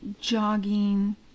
jogging